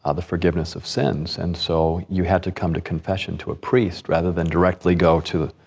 ah the forgiveness of sins. and so you had to come to confession to a priest rather than directly go to,